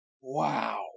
Wow